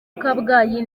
kabgayi